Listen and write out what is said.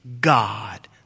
God